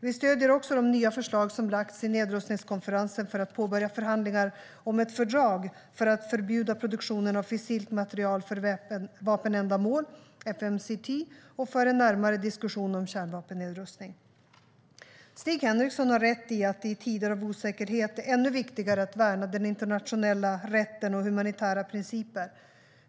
Vi stöder också de nya förslag som lagts fram i Nedrustningskonferensen för att påbörja förhandlingar om ett fördrag för att förbjuda produktionen av fissilt material för vapenändamål och för en närmare diskussion om kärnvapennedrustning. Stig Henriksson har rätt i att det i tider av osäkerhet är ännu viktigare att värna den internationella rätten och humanitära principer.